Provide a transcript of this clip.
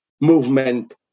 movement